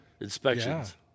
inspections